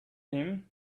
him